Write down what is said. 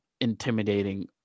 intimidating